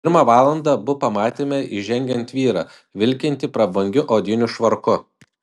pirmą valandą abu pamatėme įžengiant vyrą vilkintį prabangiu odiniu švarku